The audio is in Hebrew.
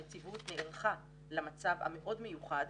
הנציבות נערכה למצב המאוד מיוחד,